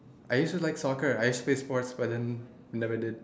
I used to like soccer I used to play sports but then never did